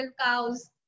cows